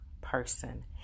person